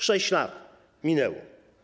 6 lat minęło.